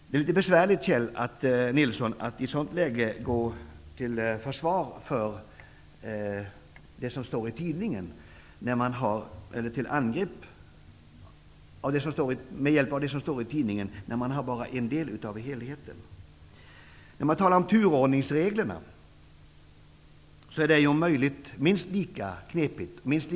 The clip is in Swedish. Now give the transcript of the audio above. Det är litet besvärligt, Kjell Nilsson, att gå till angrepp med hjälp av det som står i tidningen, när man har tillgång till bara en del av helheten. Att tala om turordningsreglerna är minst lika eldfängt.